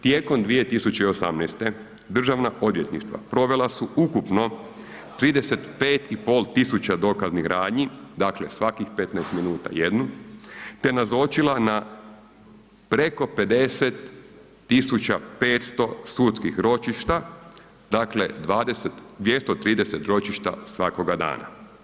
Tijekom 2018. državna odvjetništva provela su ukupno 35 i pol tisuća dokaznih radnji, dakle svakih 15 minuta jednu, te nazočila na preko 50500 sudskih ročišta, dakle 20, 230 ročišta svakoga dana.